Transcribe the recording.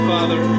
Father